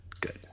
good